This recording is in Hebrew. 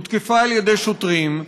שהותקפה על-ידי שוטרים,